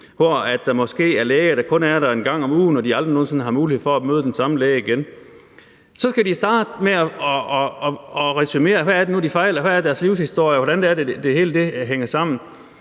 hvor der måske er læger, der kun er der en gang om ugen. Og de har aldrig nogen sinde mulighed for at møde den samme læge igen. Så skal de starte med at resumere, hvad det nu er, de fejler, og hvad deres livshistorie er, og hvordan det hele hænger sammen.